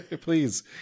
Please